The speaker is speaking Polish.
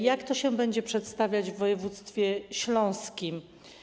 Jak to się będzie przedstawiać w województwie śląskim?